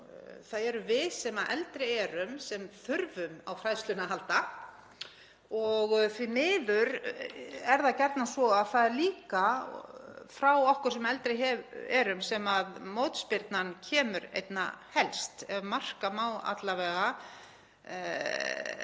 Það erum við sem eldri erum sem þurfum á fræðslunni að halda og því miður er það gjarnan svo að það er líka frá okkur sem mótspyrnan kemur einna helst, ef marka má alla vega